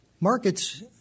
Markets